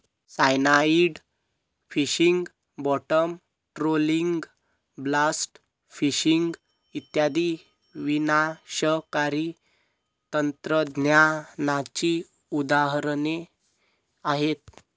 cyanide fishing, bottom trawling, blast fishing इत्यादी विनाशकारी तंत्रज्ञानाची उदाहरणे आहेत